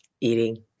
eating